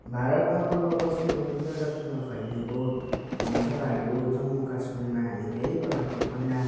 भारतमा पूर्व पश्चिम अनि उत्तर दक्षिणमा फैलिएको जग्गाहरू जम्मू कश्मीरमा हामी धेरै प्रकारको ठन्डा